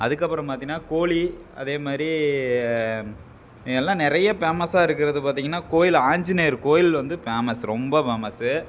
அதற்கப்பறம் பார்த்தீங்கன்னா கோழி அதே மாதிரி எல்லாம் நிறையா ஃபேமஸாக இருக்கிறது பார்த்தீங்கன்னா கோயில் ஆஞ்சிநேயர் கோயில் வந்து ஃபேமஸ் ரொம்ப ஃபேமஸ்ஸு